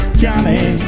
Johnny